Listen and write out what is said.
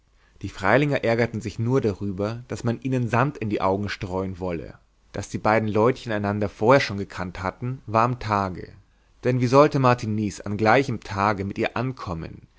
die freilinger ärgerten sich nur darüber daß man ihnen sand in die augen streuen wolle daß die beiden leutchen einander vorher schon gekannt hatten war am tage denn wie sollte martiniz an gleichem tage mit ihr ankommen